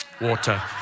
Water